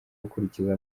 gukurikiza